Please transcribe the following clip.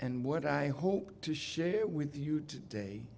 and what i hope to share with you today